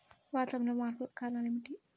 వాతావరణంలో మార్పులకు కారణాలు ఏమిటి?